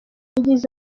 yagize